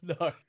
No